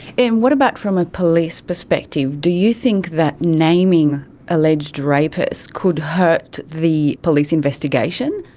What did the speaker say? and what about from a police perspective, do you think that naming alleged rapists could hurt the police investigation?